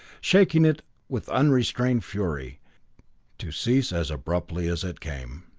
shaking it with unrestrained fury to cease as abruptly as it came.